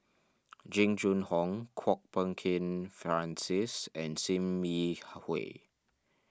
Jing Jun Hong Kwok Peng Kin Francis and Sim Yi Hui